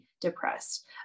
depressed